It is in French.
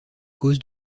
causes